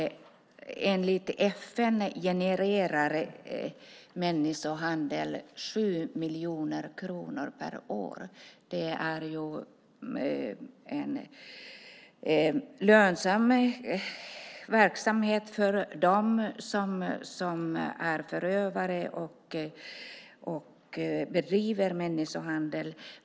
Enligt FN genererar människohandel 7 miljoner kronor per år. Det är en lönsam verksamhet för dem som är förövare och bedriver människohandel.